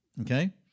Okay